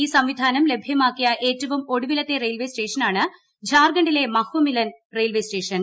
ഈ സംവിധാനം ലഭ്യമാക്കിയ ഏറ്റവും ഒടുവിലത്തെ റെയിൽവേ സ്റ്റേഷനാണ് ജാർഖണ്ഡിലെ മഹ്വമിലൻ റെയിൽവെ സ്റ്റേഷൻ